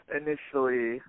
initially